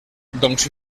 doncs